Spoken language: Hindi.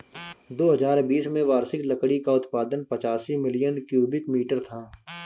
दो हजार बीस में वार्षिक लकड़ी का उत्पादन पचासी मिलियन क्यूबिक मीटर था